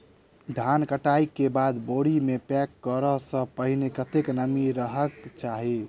धान कटाई केँ बाद बोरी मे पैक करऽ सँ पहिने कत्ते नमी रहक चाहि?